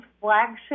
flagship